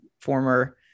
former